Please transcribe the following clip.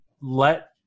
let